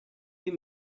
give